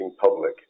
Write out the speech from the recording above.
public